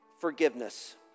forgiveness